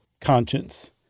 conscience